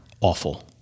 awful